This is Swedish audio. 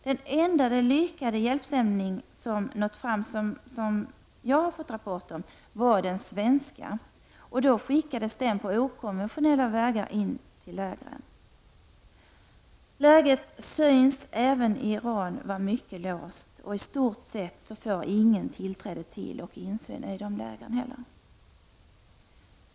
Den enda lyckade hjälpsändningen som nått fram och som jag har fått rapport om var den svenska, och då skickades den på okonventionella vägar in till lägren. Läget synes även i Iran vara mycket låst och i stort sett får ingen tillträde till och insyn i lägren.